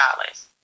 dollars